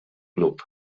club